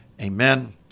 Amen